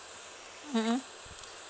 mmhmm